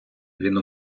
він